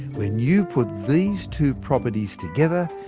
when you put these two properties together,